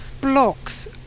blocks